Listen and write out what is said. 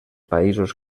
països